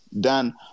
done